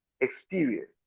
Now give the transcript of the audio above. experience